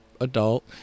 adult